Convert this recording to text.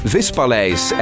Vispaleis